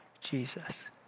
Jesus